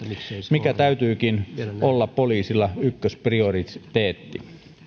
minkä täytyykin olla poliisilla ykkösprioriteetti